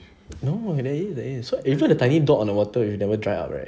no there is there is so tiny dot on the water you never dry out right